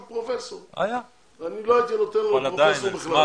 פרופסור ואני לא הייתי נותן לו את התואר הזה.